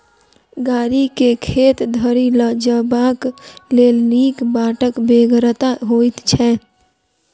गाड़ी के खेत धरि ल जयबाक लेल नीक बाटक बेगरता होइत छै